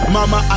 Mama